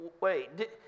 wait